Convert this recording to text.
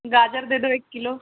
गाजर दे दो एक किलो